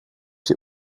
die